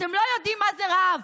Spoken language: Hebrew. אתם לא יודעים מה זה רעב,